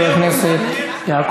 וקאסר אל-יהוד?